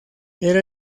era